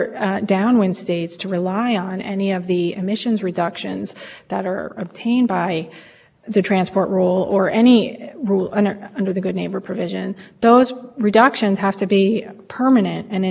understanding of the regulatory system is if state was subject to the transport rule because of significant contributions in year one